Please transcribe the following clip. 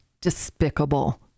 despicable